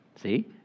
See